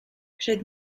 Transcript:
przed